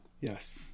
Yes